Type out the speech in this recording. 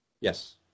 Yes